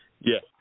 Yes